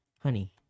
Honey